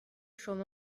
chom